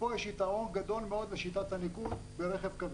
ופה יש יתרון גדול מאוד לשיטת הניקוד ברכב כבד.